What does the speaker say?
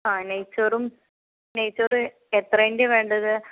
ആ നെയ്ചോറും നെയ്ച്ചോറ് എത്രേൻ്റെയാ വേണ്ടത്